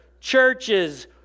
churches